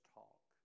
talk